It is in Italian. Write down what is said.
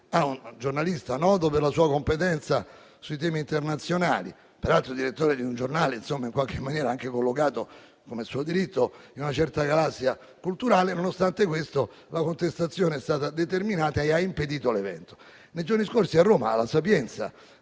a un giornalista noto per la sua competenza in temi internazionali, peraltro direttore di un giornale anche collocato, come suo diritto, in una certa galassia culturale. Nonostante questo, la contestazione è stata determinata e ha impedito l'evento. Nei giorni scorsi a Roma, all'Università